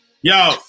Yo